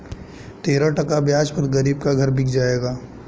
तेरह टका ब्याज पर गरीब का घर बिक जाएगा